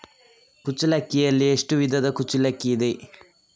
ಕುಚ್ಚಲಕ್ಕಿಯಲ್ಲಿ ಎಷ್ಟು ವಿಧದ ಕುಚ್ಚಲಕ್ಕಿ ಇದೆ?